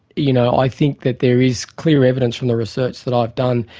you know i think that there is clear evidence from the research that i've done,